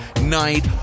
night